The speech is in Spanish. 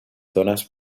zonas